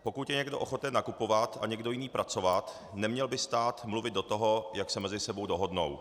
Pokud je někdo ochoten nakupovat a někdo jiný pracovat, neměl by stát mluvit do toho, jak se mezi sebou dohodnou.